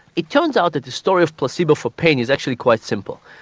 it turns out that the story of placebo for pain is actuarlly quite simple.